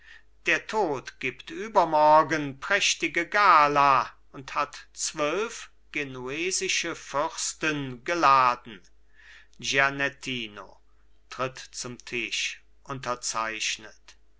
der tod gibt übermorgen prächtige gala und hat zwölf genuesische fürsten geladen gianettino tritt zum tisch unterzeichnet